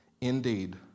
Indeed